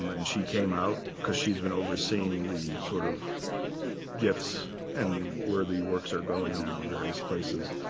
um and she came out because she's been overseeing the sort of gifts and where the works are going now and various places.